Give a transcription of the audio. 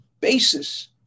basis